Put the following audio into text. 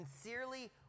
sincerely